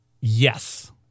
Yes